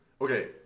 Okay